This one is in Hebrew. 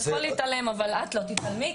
אתה יכול להתעלם אבל את לא תתעלמי,